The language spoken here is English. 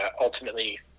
ultimately